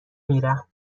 میرم